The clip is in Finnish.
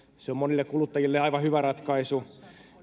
se on monille kuluttajille aivan hyvä ratkaisu